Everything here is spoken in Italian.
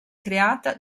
creata